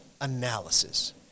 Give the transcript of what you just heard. analysis